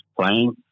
playing